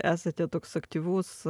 esate toks aktyvus